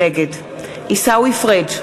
נגד עיסאווי פריג'